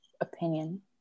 opinion